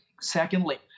Secondly